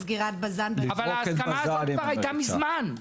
אבל ההסכמה הזאת כבר הייתה מזמן.